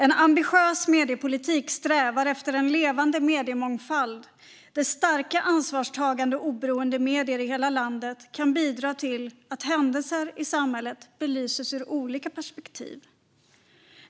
En ambitiös mediepolitik strävar efter en levande mediemångfald där starka, ansvarstagande och oberoende medier i hela landet kan bidra till att händelser i samhället belyses ur olika perspektiv.